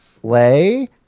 play